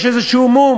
יש איזה מום.